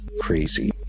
crazy